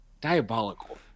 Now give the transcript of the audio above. diabolical